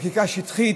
חקיקה שטחית,